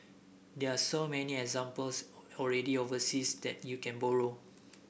there are so many examples already overseas that you can borrow